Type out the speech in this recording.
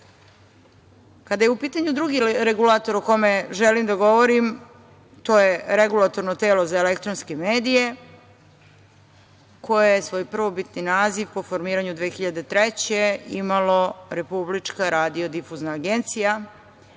je u pitanju drugi regulator o kome želim da govorim, to je Regulatorno telo za elektronske medije, koje je svoj prvobitni naziv po formiranju 2003. godine imalo Republička radiodifuzna agencija,